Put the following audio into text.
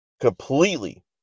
completely